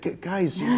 guys